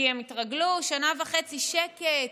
כי הם התרגלו ששנה וחצי שקט.